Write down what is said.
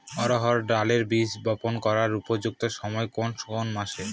অড়হড় ডালের বীজ বপন করার উপযুক্ত সময় কোন কোন মাস?